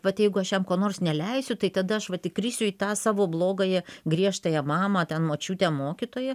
vat jeigu aš jam ko nors neleisiu tai tada aš va tik krisiu į tą savo blogąją griežtąją mamą ten močiutę mokytoją